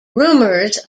rumors